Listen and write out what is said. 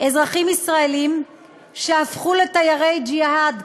אזרחים ישראלים שהפכו ל"תיירי ג'יהאד",